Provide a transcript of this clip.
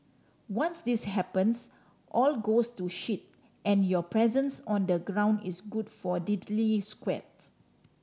once this happens all goes to shit and your presence on the ground is good for diddly squat